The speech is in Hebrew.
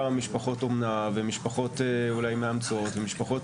משפחות אומנה ומשפחות אולי מאמצות ומשפחות